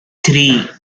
three